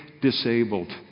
disabled